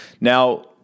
Now